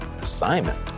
assignment